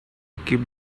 keep